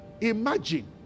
imagine